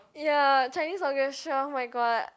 ya Chinese Orchestra oh-my-god